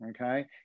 okay